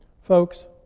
Folks